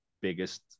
biggest